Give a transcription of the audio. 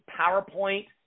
PowerPoint